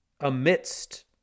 amidst